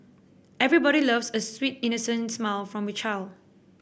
everybody loves a sweet innocent smile from a child